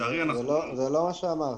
זה לא מה שאמרתי.